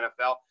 NFL